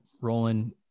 rolling